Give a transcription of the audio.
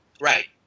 Right